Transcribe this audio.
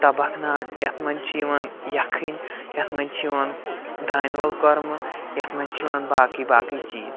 تَبَکھ ناٹہٕ یَتھ منٛز چھِ یِوان یَکھٕنۍ یَتھ منٛز چھِ یِوَان دانِوَل کۄرمہٕ یَتھ منٛز چھِ یِوَان باقٕے باقٕے چیٖز